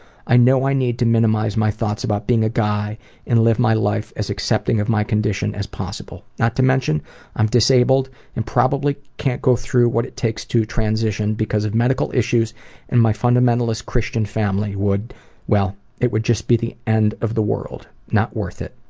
i know i need to minimise my thoughts about being a guy and live my life as accepting of my condition as possible, not to mention i'm disabled and probably can't go through what it takes to transistion because of medical issues and my fundamentalist christian family. well, it would just be the end of the world. not worth it.